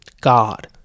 God